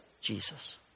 Jesus